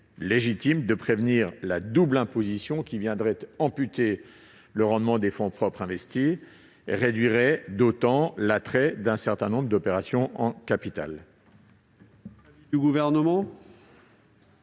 légitime de prévenir la double imposition qui viendrait amputer le rendement des fonds propres investis, et réduirait l'attrait d'un certain nombre d'opérations